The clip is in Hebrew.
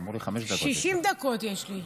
אמרו לי חמש 60 דקות יש לי.